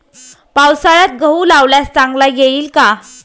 पावसाळ्यात गहू लावल्यास चांगला येईल का?